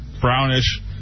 Brownish